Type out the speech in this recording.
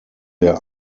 der